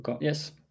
yes